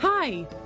Hi